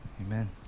Amen